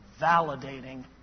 validating